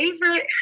favorite